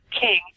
king